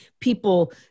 people